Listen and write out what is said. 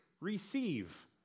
receive